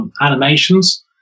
animations